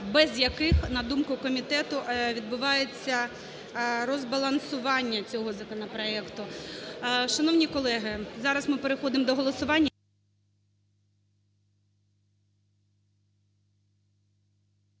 без яких, на думку комітету, відбувається розбалансування цього законопроекту. Шановні колеги, зараз ми переходимо до голосування…